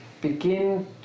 begin